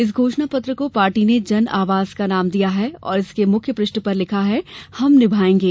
इस घोषणा पत्र को पार्टी ने जन आवाज का नाम दिया है और इसके मुख्यपृष्ठ लिखा है हम निभाएंगे